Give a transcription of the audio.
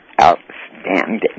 outstanding